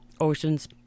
oceans